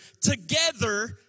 together